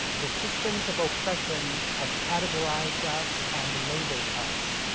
the systems of oppression have categorized us and labeled us,